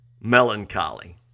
Melancholy